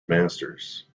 masters